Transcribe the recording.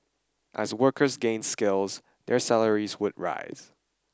as workers gain skills their salaries should rise